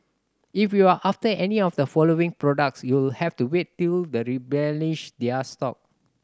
if you're after any of the following products you'll have to wait till they replenish their stock